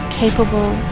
capable